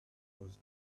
was